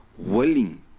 willing